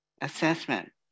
assessment